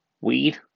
weed